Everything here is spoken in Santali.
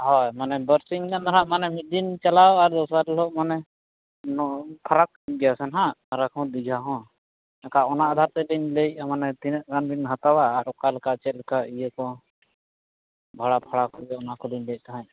ᱦᱳᱭ ᱢᱟᱱᱮ ᱵᱟᱨᱥᱤᱧ ᱜᱟᱱᱫᱚ ᱱᱟᱦᱟᱜ ᱢᱟᱱᱮ ᱢᱤᱫ ᱫᱤᱱ ᱪᱟᱞᱟᱣ ᱟᱨ ᱫᱚᱥᱟᱨ ᱦᱤᱞᱳᱜ ᱢᱟᱱᱮ ᱯᱷᱟᱨᱟᱠ ᱜᱮᱭᱟ ᱥᱮ ᱱᱟᱦᱟᱜ ᱯᱷᱟᱨᱟᱠᱦᱚᱸ ᱫᱤᱜᱷᱟ ᱦᱚᱸ ᱮᱱᱠᱷᱟᱱ ᱚᱱᱟ ᱟᱫᱷᱟᱨ ᱥᱮᱫᱛᱮ ᱤᱧ ᱞᱟᱹᱭᱮᱫᱼᱟ ᱢᱟᱱᱮ ᱛᱤᱱᱟᱹᱜ ᱜᱟᱱᱵᱤᱱ ᱦᱟᱛᱟᱣᱟ ᱟᱨ ᱚᱠᱟᱞᱮᱠᱟ ᱪᱮᱫᱞᱮᱠᱟ ᱤᱭᱟᱹ ᱠᱚ ᱵᱷᱟᱲᱟᱼᱯᱷᱟᱲᱟᱠᱚ ᱚᱱᱟᱠᱚᱞᱤᱧ ᱞᱟᱹᱭᱮᱫ ᱛᱟᱦᱮᱸᱫ